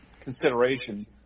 consideration